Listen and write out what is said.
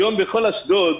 היום בכל אשדוד,